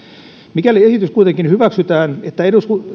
mikäli esitys kuitenkin hyväksytään